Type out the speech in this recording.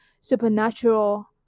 supernatural